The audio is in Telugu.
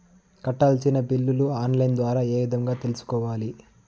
కట్టాల్సిన బిల్లులు ఆన్ లైను ద్వారా ఏ విధంగా తెలుసుకోవాలి?